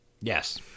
Yes